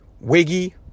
Wiggy